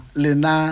lena